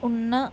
ఉన్నా